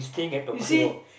you see